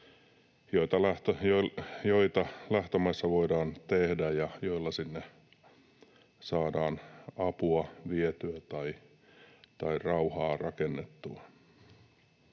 joita lähtömaissa voidaan tehdä ja joilla sinne saadaan apua vietyä tai rauhaa rakennettua.